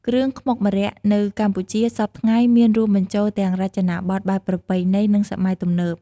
គ្រឿងខ្មុកម្រ័័ក្សណ៍នៅកម្ពុជាសព្វថ្ងៃមានរួមបញ្ចូលទាំងរចនាបទបែបប្រណៃណី និងសម័យទំនើប។